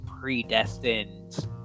predestined